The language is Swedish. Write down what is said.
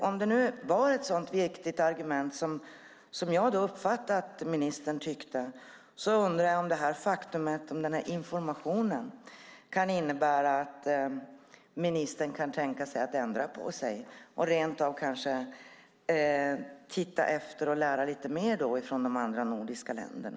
Om det nu var ett så viktigt argument som jag uppfattade att ministern tyckte undrar jag om den här informationen kan innebära att ministern kan tänka om och ändra sig och kanske rentav titta efter och lära lite mer av de andra nordiska länderna.